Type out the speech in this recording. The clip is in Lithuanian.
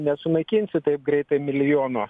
nesunaikinsi taip greitai milijono